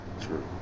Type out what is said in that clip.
True